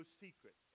secret